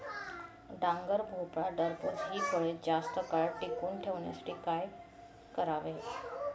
डांगर, भोपळा, टरबूज हि फळे जास्त काळ टिकवून ठेवण्यासाठी काय करावे?